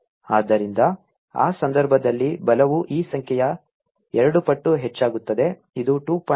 ಆದ್ದರಿಂದ ಆ ಸಂದರ್ಭದಲ್ಲಿ ಬಲವು ಈ ಸಂಖ್ಯೆಯ 2 ಪಟ್ಟು ಹೆಚ್ಚಾಗುತ್ತದೆ ಇದು 2